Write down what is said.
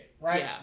right